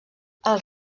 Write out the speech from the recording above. els